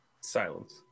Silence